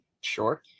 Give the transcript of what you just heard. sure